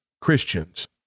Christians